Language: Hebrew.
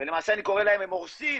ולמעשה אני אומר שהם הורסים